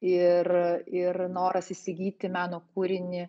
ir ir noras įsigyti meno kūrinį